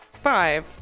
Five